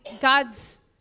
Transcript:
God's